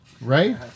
right